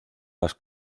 las